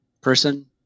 person